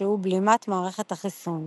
שהוא בלימת מערכת החיסון.